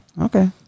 Okay